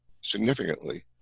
significantly